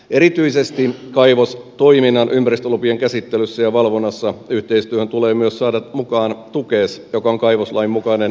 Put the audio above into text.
erityisesti kaivostoiminnan ympäristölupien käsittelyssä ja valvonnassa yhteistyöhön tulee myös saada mukaan tukes joka on kaivoslain mukainen lupaviranomainen